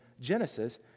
Genesis